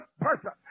person